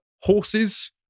horses